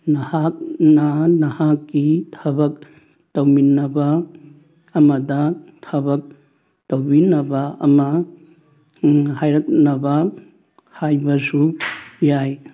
ꯅꯍꯥꯛꯅ ꯅꯍꯥꯛꯀꯤ ꯊꯕꯛ ꯇꯧꯃꯤꯟꯅꯕ ꯑꯃꯗ ꯊꯕꯛ ꯇꯧꯕꯤꯅꯕ ꯑꯃ ꯍꯥꯏꯔꯛꯅꯕ ꯍꯥꯏꯕꯁꯨ ꯌꯥꯏ